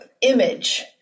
image